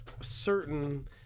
certain